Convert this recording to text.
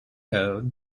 code